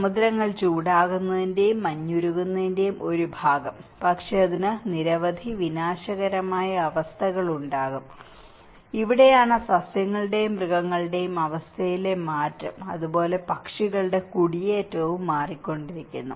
സമുദ്രങ്ങൾ ചൂടാകുന്നതിന്റെയും മഞ്ഞ് ഉരുകുന്നതിന്റെയും ഒരു ഭാഗം പക്ഷേ അതിന് നിരവധി വിനാശകരമായ അവസ്ഥകൾ ഉണ്ടാകും ഇവിടെയാണ് സസ്യങ്ങളുടെയും മൃഗങ്ങളുടെയും അവസ്ഥയിലെ മാറ്റം അതുപോലെ പക്ഷികളുടെ കുടിയേറ്റവും മാറിക്കൊണ്ടിരിക്കുന്നു